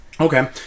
Okay